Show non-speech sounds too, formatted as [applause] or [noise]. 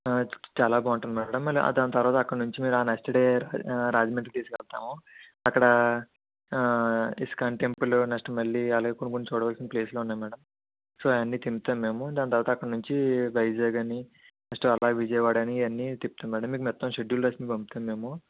చాలా బాగుంటుంది మేడం [unintelligible] దాని తర్వాత అక్కడ నుంచి ఆ నెక్స్ట్ డే రాజమండ్రి తీసుకెళ్తాము అక్కడా ఇస్కాన్ టెంపులు నెక్స్ట్ మళ్ళీ అలాగే కొన్ని కొన్ని చూడవలసిన ప్లేస్లు ఉన్నాయి మేడం సో అవన్నీ తిప్పుతాం మేము దాని తర్వాత అక్కడి నుంచి వైజాగ్ అని నెక్స్ట్ అలాగే విజయవాడ అని ఇవన్నీ తిప్పుతాం మేడం మీకు మొత్తం షెడ్యూల్ రాసి మీకు పంపుతాం మేము